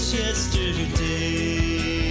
yesterday